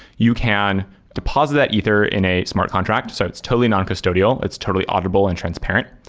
you can deposit that ether in a smart contract. so it's totally noncustodial. it's totally audible and transparent,